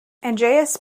andreas